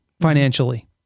financially